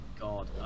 god